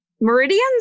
meridians